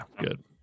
good